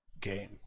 game